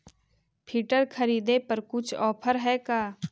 Filter खरिदे पर कुछ औफर है का?